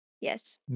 Yes